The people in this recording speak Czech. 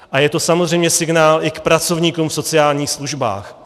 A je to samozřejmě signál i k pracovníkům v sociálních službách.